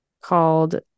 called